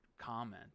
comment